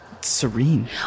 serene